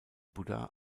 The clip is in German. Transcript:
buddha